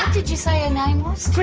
did you say your name was?